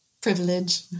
Privilege